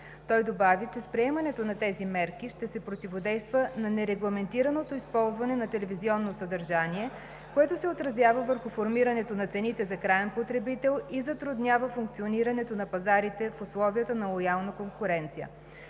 Той добави, че с приемането на тези мерки ще се противодейства на нерегламентираното използване на телевизионно съдържание, което се отразява върху формирането на цените за краен потребител и затруднява функционирането на пазарите в условията на лоялна конкуренция.